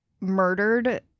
murdered